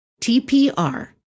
TPR